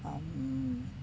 um